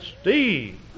Steve